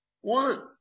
one